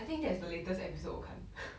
I think that's the latest episode 我看